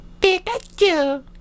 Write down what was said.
Pikachu